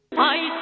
i